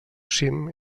cim